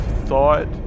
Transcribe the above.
thought